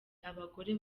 abagore